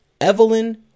Evelyn